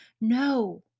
No